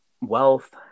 wealth